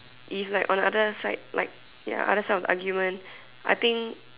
if like on other side like ya on other side of the argument I think